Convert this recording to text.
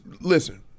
listen